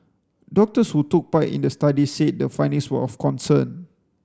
doctors who took part in the study said the findings were of concern